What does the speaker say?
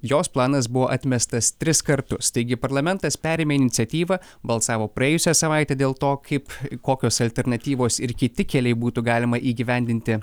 jos planas buvo atmestas tris kartus taigi parlamentas perėmė iniciatyvą balsavo praėjusią savaitę dėl to kaip kokios alternatyvos ir kiti keliai būtų galima įgyvendinti